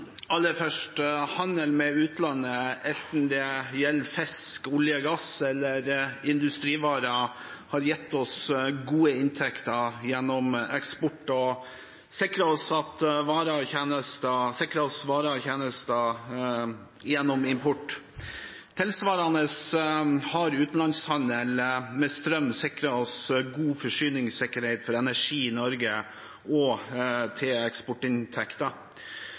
Aller først: Handel med utlandet, enten det gjelder fisk, olje og gass eller industrivarer, har gitt oss gode inntekter gjennom eksport og sikret oss varer og tjenester gjennom import. Tilsvarende har utenlandshandel med strøm sikret oss god forsyningssikkerhet for energi i Norge og eksportinntekter. Strømkabler til